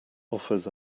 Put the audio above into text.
offers